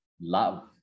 love